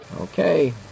Okay